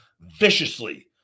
viciously